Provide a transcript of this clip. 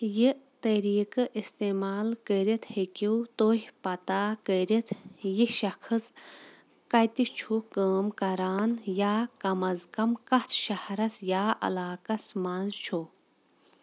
یہِ طریٖقہٕ اِستعمال کٔرِتھ ہیٚکِو تُہۍ پتہ كٔرِتھ یہِ شخص کَتہِ چھُ کٲم کران یا کَم اَز کَم کَتھ شہرَس یا علاقَس منٛز چھُ